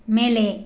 மேலே